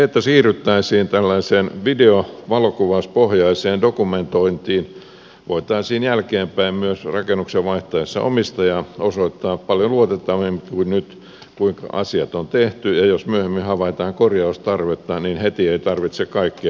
kun siirryttäisiin tällaiseen video ja valokuvauspohjaiseen dokumentointiin voitaisiin jälkeenpäin myös rakennuksen vaihtaessa omistajaa osoittaa paljon luotettavammin kuin nyt kuinka asiat on tehty ja jos myöhemmin havaitaan korjaustarvetta niin heti ei tarvitse kaikkea purkaa